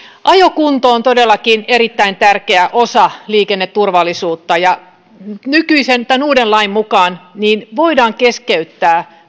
ajokunto on todellakin erittäin tärkeä osa liikenneturvallisuutta ja tämän uuden lain mukaan poliisin toimesta voidaan keskeyttää